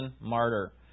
Martyr